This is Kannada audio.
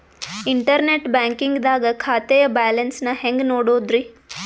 ಇಂಟರ್ನೆಟ್ ಬ್ಯಾಂಕಿಂಗ್ ದಾಗ ಖಾತೆಯ ಬ್ಯಾಲೆನ್ಸ್ ನ ಹೆಂಗ್ ನೋಡುದ್ರಿ?